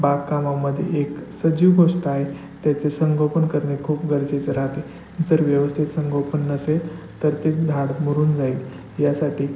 बागकामामध्ये एक सजीव गोष्ट आहे त्याचे संगोपन करणे खूप गरजेचं राहते जर व्यवस्थित संगोपन नसेल तर ते झाड मरून जाईल यासाठी